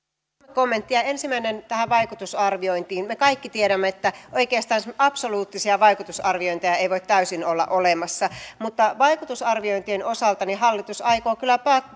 kommenttia ensimmäinen tähän vaikutusarviointiin me kaikki tiedämme että oikeastaan semmoisia absoluuttisia vaikutusarviointeja ei voi täysin olla olemassa mutta vaikutusarviointien osalta hallitus aikoo kyllä